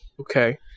okay